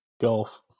Golf